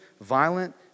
violent